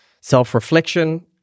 self-reflection